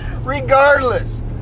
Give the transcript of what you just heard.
regardless